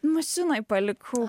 mašinoj palikau